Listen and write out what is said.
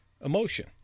emotion